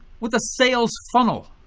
what's a sales funnel?